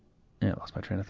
lost my train of